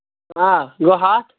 آ گوٚو ہَتھ